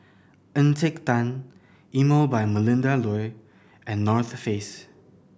Encik Tan Emel by Melinda Looi and North Face